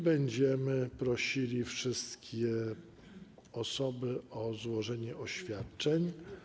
Będziemy prosili wszystkie osoby o złożenie oświadczeń.